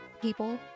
people